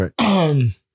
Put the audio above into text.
right